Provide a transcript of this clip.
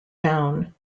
down